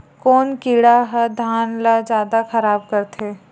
कोन कीड़ा ह धान ल जादा खराब करथे?